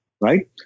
right